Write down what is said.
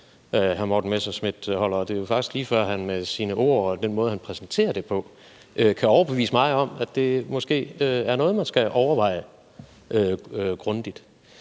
hr. Morten Messerschmidt holdt. Og det er jo faktisk lige før, at han med sine ord og den måde, han præsenterer det på, kan overbevise mig om, at det måske er noget, man skal overveje grundigt.